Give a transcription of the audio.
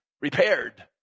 repaired